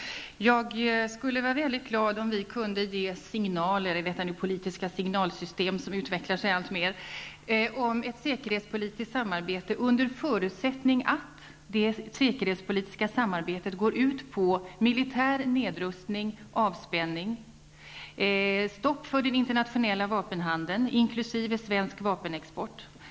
Herr talman! Jag skulle vara väldigt glad om vi kunde ge signaler, i detta politiska signalsystem som nu utvecklar sig alltmer, om ett säkerhetspolitiskt samarbete under förutsättning att det säkerhetspolitiska samarbetet går ut på militär nedrustning och avspänning samt stopp för den internationella vapenhandeln, inkl. svensk vapenexport.